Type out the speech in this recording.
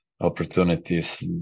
opportunities